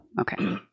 okay